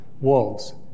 wolves